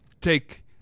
take